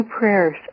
prayers